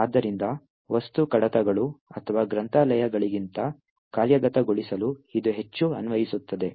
ಆದ್ದರಿಂದ ವಸ್ತು ಕಡತಗಳು ಅಥವಾ ಗ್ರಂಥಾಲಯಗಳಿಗಿಂತ ಕಾರ್ಯಗತಗೊಳಿಸಲು ಇದು ಹೆಚ್ಚು ಅನ್ವಯಿಸುತ್ತದೆ